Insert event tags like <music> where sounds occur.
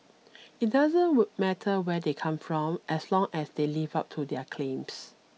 it doesn't <unintelligible> matter where they come from as long as they live up to their claims